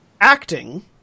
acting